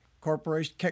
Corporation